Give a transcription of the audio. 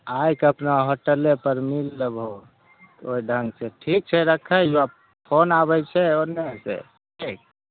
आइ केतना होयतै तल्ले पर मिल लेबहो ओहि दामके ठीक छै रक्खैत हियौ फोन आबैत छै ओन्ने से ठीक